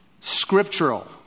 scriptural